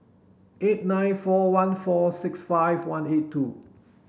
eight nine four one four six five one eight two